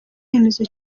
remezo